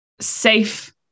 safe